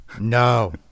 No